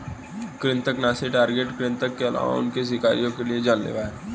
कृन्तकनाशी टारगेट कृतंक के अलावा उनके शिकारियों के लिए भी जान लेवा हैं